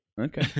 Okay